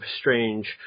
strange